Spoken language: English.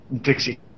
Dixie